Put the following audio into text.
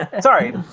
Sorry